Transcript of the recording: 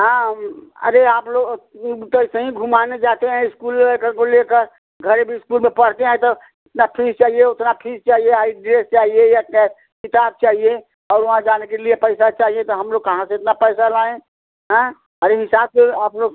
हाँ अरे आपलोग तो वैसे ही घुमाने जाते हैं इस्कूल लेकर वो लेकर गरीबी इस्कूल में पढ़ते हैं तो इतना फीस चाहिए उतना फीस चाहिए आज ड्रेस चाहिए किताब चाहिए और वहाँ जाने के लिए पैसा चाहिए तो हमलोग कहाँ से इतना पैसा लाएं अरे हिंसाब से आपलोग